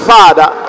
Father